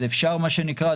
אז אפשר, מה שנקרא,